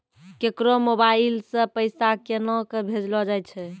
केकरो मोबाइल सऽ पैसा केनक भेजलो जाय छै?